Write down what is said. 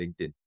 LinkedIn